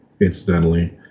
incidentally